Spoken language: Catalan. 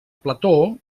plató